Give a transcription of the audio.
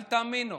אל תאמינו.